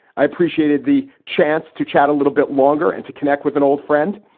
i appreciated the chance to chat a little bit longer and to connect with an old friend.